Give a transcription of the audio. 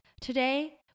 Today